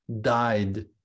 died